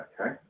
Okay